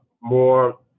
more